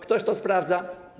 Ktoś to sprawdza?